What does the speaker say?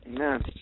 Amen